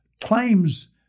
claims